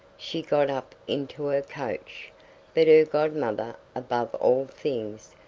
she got up into her coach but her godmother, above all things,